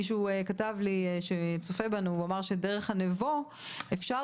מישהו שצופה בנו כתב לי שדרך נבו אפשר